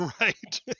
Right